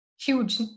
huge